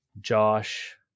Josh